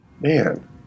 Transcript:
Man